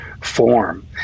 form